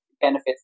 benefits